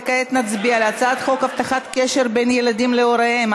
וכעת נצביע על הצעת חוק הבטחת קשר בין ילדים להוריהם,